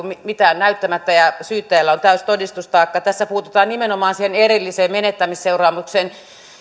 mitään näyttämättä ja syyttäjällä on täysi todistustaakka tässä puututaan nimenomaan siihen erilliseen menettämisseuraamukseen